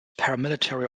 paramilitary